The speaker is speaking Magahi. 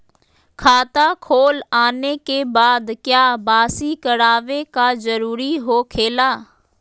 खाता खोल आने के बाद क्या बासी करावे का जरूरी हो खेला?